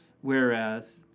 Whereas